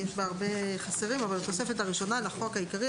תיקון התוספת הראשונה 13. בתוספת הראשונה לחוק העיקרי,